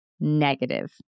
negative